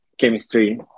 chemistry